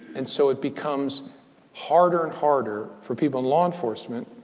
and so it becomes harder and harder for people in law enforcement,